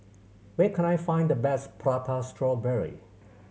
where can I find the best Prata Strawberry